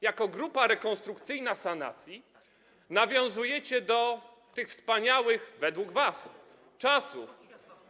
Jako grupa rekonstrukcyjna sanacji nawiązujecie do tych wspaniałych według was czasów.